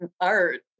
art